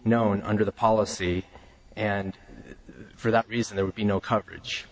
known under the policy and for that reason there would be no coverage